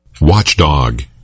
Watchdog